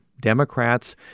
Democrats